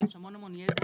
ויש המון ידע.